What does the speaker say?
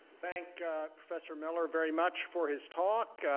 thank professor miller very much for his talk.